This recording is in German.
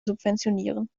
subventionieren